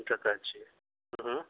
तीन प्रकारचे हं हं